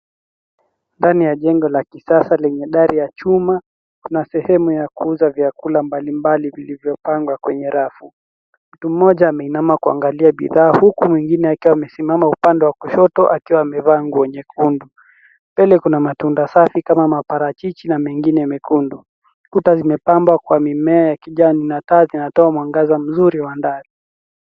Ndani ya jengo la kisasa lenye dari ya chuma na sehemu ya kuuza vyakula mbalimbali vilivyopangwa kwenye rafu. Mtu mmoja ameinama kuangalia bidhaa huku mwengine akiwa amesimama upande wa kushoto akiwa amevaa nguo nyekundu. Mbele kuna matunda safi kama maparachichi na mengine mekundu. Kuta zimepambwa kwa mimea ya kijani na taa zinatoa mwangaza mzuri wa ndani.